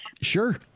Sure